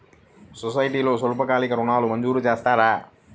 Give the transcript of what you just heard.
సొసైటీలో స్వల్పకాలిక ఋణాలు మంజూరు చేస్తారా?